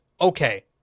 okay